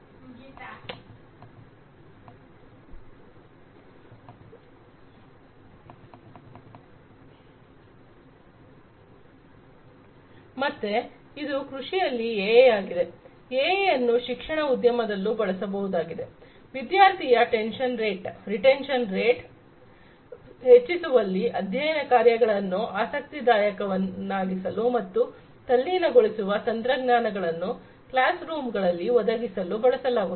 ಮತ್ತೆ ಇದು ಕೃಷಿಯಲ್ಲಿ ಎಐ ಆಗಿದೆ ಎಐ ಅನ್ನು ಶಿಕ್ಷಣ ಉದ್ಯಮದಲ್ಲೂ ಬಳಸಬಹುದಾಗಿದೆ ವಿದ್ಯಾರ್ಥಿಯ ಟೆನ್ಶನ್ ರೇಟ್ ಹೆಚ್ಚಿಸುವಲ್ಲಿ ಅಧ್ಯಯನ ಕಾರ್ಯಕ್ರಮಗಳನ್ನು ಆಸಕ್ತಿದಾಯಕ ವನ್ನಾಗಿಸಲು ಮತ್ತು ತಲ್ಲೀನಗೊಳಿಸುವ ತಂತ್ರಜ್ಞಾನಗಳನ್ನು ಕ್ಲಾಸ ರೂಮುಗಳಲ್ಲಿ ಒದಗಿಸಲು ಬಳಸಲಾಗುತ್ತದೆ